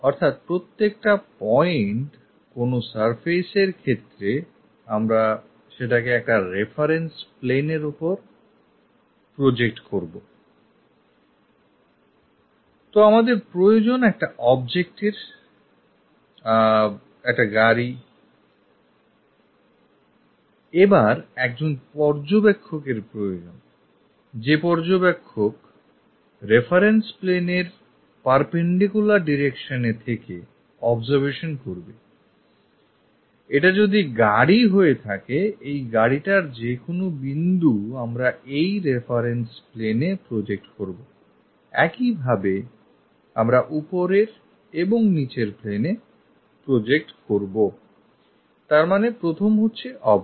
অর্থাৎ প্রত্যেকটা point কোন surface এর ক্ষেত্রে আমরা সেটাকে একটা reference planeএর ওপর project করবI তো আমাদের প্রয়োজন একটা object এরI জরুরী একটা গাড়ি এবার একজন পর্যবেক্ষকের প্রয়োজনI যে পর্যবেক্ষক reference planeএর perpendicular direction এ থেকে observation করবেI এটা যদি গাড়ি হয়ে থাকে এই গাড়িটার যে কোন বিন্দু আমরা এই reference planeএ project করবI একইভাবে আমরা উপরের এবং নিচের planeএ project করবI তারমানে প্রথম হচ্ছে object